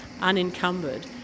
unencumbered